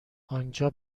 آنجا